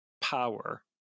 power